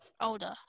older